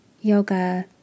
yoga